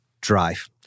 drive